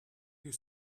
you